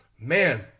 man